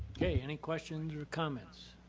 yeah any questions or comments?